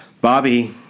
Bobby